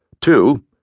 Two